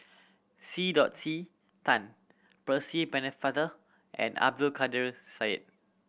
C C Tan Percy Pennefather and Abdul Kadir Syed